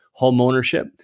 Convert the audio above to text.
homeownership